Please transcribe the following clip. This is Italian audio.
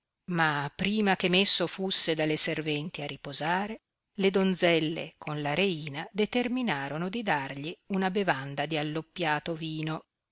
ma prima che messo fusse dalle serventi a riposare le donzelle con la reina determinorono di dargli una bevanda di alloppiato vino